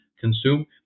consume